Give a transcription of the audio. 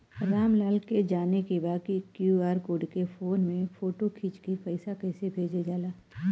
राम लाल के जाने के बा की क्यू.आर कोड के फोन में फोटो खींच के पैसा कैसे भेजे जाला?